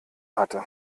hatte